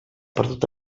perdut